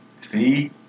see